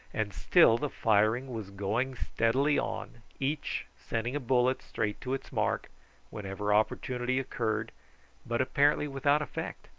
and still the firing was going steadily on, each sending a bullet straight to its mark whenever opportunity occurred but apparently without effect,